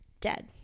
dead